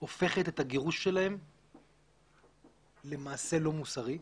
והופכת את הגירוש שלהם למעשה לא מוסרי,